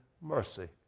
mercy